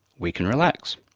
we can relax.